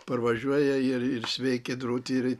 parvažiuoja ir ir sveiki drūti ir tų